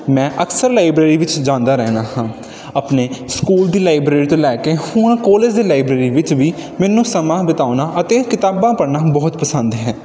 ਮੈਂ ਅਕਸਰ ਲਾਈਬ੍ਰੇਰੀ ਵਿੱਚ ਜਾਂਦਾ ਰਹਿੰਦਾ ਹਾਂ ਆਪਣੇ ਸਕੂਲ ਦੀ ਲਾਈਬ੍ਰੇਰੀ ਤੋਂ ਲੈ ਕੇ ਹੁਣ ਕਾਲਜ ਦੀ ਲਾਈਬ੍ਰੇਰੀ ਵਿੱਚ ਵੀ ਮੈਨੂੰ ਸਮਾਂ ਬਿਤਾਉਣਾ ਅਤੇ ਕਿਤਾਬਾਂ ਪੜ੍ਹਨਾ ਬਹੁਤ ਪਸੰਦ ਹੈ